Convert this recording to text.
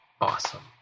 Awesome